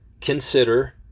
consider